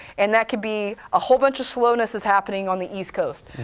and that could be a whole bunch of slowness is happening on the east coast.